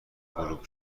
غروب